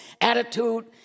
attitude